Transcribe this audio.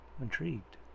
Intrigued